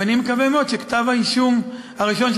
אני מקווה מאוד שכתב-האישום הראשון,